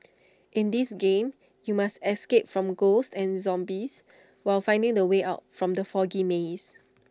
in this game you must escape from ghosts and zombies while finding the way out from the foggy maze